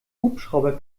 hubschrauber